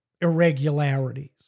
irregularities